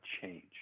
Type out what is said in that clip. change